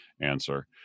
answer